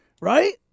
right